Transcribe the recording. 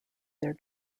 their